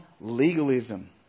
legalism